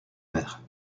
mers